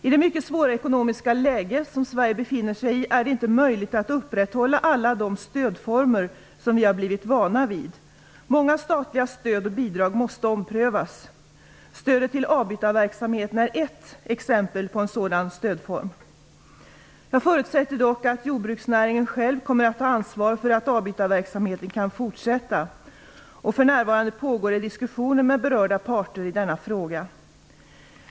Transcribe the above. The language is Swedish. I det mycket svåra ekonomiska läge som Sverige befinner sig i är det inte möjligt att upprätthålla alla de stödformer som vi har blivit vana vid. Många statliga stöd och bidrag måste omprövas. Stödet till avbytarverksamheten är ett exempel på en sådan stödform. Jag förutsätter dock att jordbruksnäringen själv kommer att ta ansvar för att avbytarverksamheten kan fortsätta. För närvarande pågår det diskussioner med berörda parter i denna fråga.